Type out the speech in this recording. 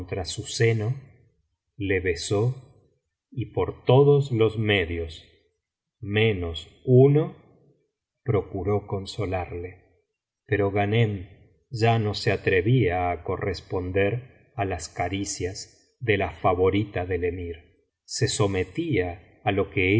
su seno le besó y por todos los medios menos uno procuró consolarle pero ghaneai ya no se atrevía á corresponder á las caricias de la favorita del emir se sometía á lo que ella